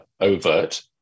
overt